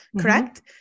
correct